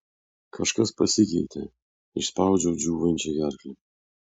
kažkas pasikeitė išspaudžiau džiūvančia gerkle